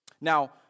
Now